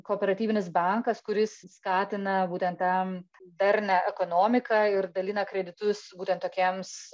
kooperatyvinis bankas kuris skatina būtent tą darnią ekonomiką ir dalina kreditus būtent tokiems